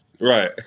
right